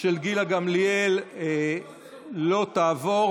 של גילה גמליאל לא תעבור.